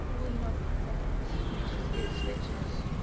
well you know what they say, snitches get stitches.